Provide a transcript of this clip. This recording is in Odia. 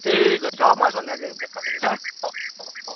ଠିକ୍ ଅଛି ହଉ ମୁଁ ଆଜି ସନ୍ଧ୍ୟାରେ ଯାଇ ଦେଖାକରିବି ହେଲା ହଉ ହଉ ହଉ